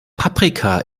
paprika